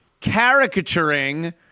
caricaturing